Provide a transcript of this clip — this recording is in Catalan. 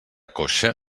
coixa